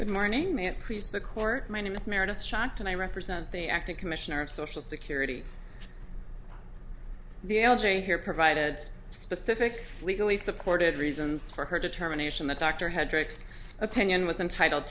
please the court my name is meredith shocked and i represent the acting commissioner of social security the l g here provided specific legally supportive reasons for her determination the doctor had tricks opinion was entitled